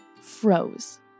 froze